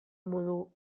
modu